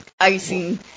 icing